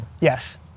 Yes